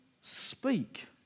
speak